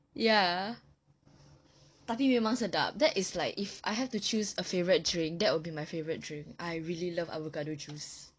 ya tapi memang sedap if I have to choose a favourite drink that would be my favourite drink I really love avocado juice